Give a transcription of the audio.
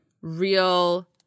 real